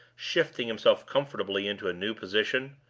shifting himself comfortably into a new position.